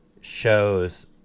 shows